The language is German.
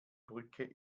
brücke